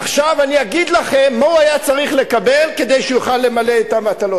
עכשיו אני אגיד לכם מה הוא היה צריך לקבל כדי שהוא יוכל למלא את המטלות.